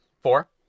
Four